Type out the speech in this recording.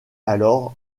alors